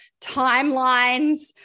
timelines